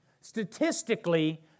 statistically